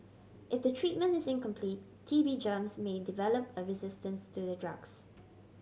if the treatment is incomplete T B germs may develop a resistance to the drugs